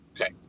Okay